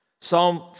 Psalm